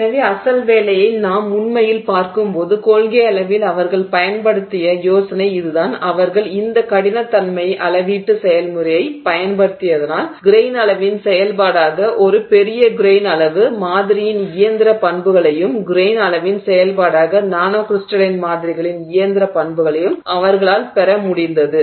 எனவே அசல் வேலையை நாம் உண்மையில் பார்க்கும்போது கொள்கையளவில் அவர்கள் பயன்படுத்திய யோசனை இதுதான் அவர்கள் இந்த கடினத்தன்மை அளவீட்டு செயல்முறையைப் பயன்படுத்தியதினால் கிரெய்ன் அளவின் செயல்பாடாக ஒரு பெரிய கிரெய்ன் அளவு மாதிரியின் இயந்திர பண்புகளையும் கிரெய்ன் அளவின் செயல்பாடாக நானோ க்ரிஸ்டலைன் மாதிரிகளின் இயந்திர பண்புகளையும் அவர்களால் பெற முடிந்தது